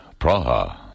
Praha. (